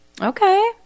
Okay